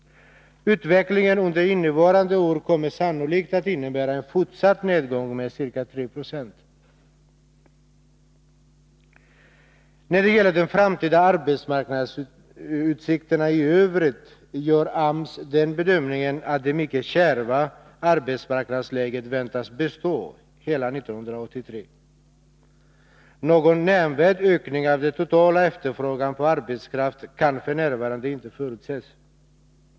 Utvecklingen under innevarande år kommer sannolikt att innebära en fortsatt nedgång, med ca 3 20. När det gäller de framtida arbetsmarknadsutsikterna i övrigt gör AMS den bedömningen att det mycket kärva arbetsmarknadsläget väntas bestå hela 1983. Någon nämnvärd ökning av den totala efterfrågan på arbetskraft kan f. n. inte förutses.